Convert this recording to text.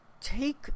take